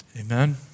Amen